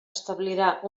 establirà